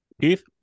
Keith